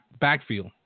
backfield